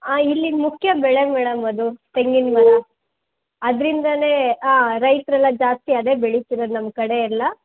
ಆಂ ಇಲ್ಲಿ ಮುಖ್ಯ ಬೆಳೆ ಮೇಡಮ್ ಅದು ತೆಂಗಿನಮರ ಅದರಿಂದನೇ ಆಂ ರೈತರೆಲ್ಲ ಜಾಸ್ತಿ ಅದೇ ಬೆಳೀತಿರದು ನಮ್ಮ ಕಡೆಯಲ್ಲ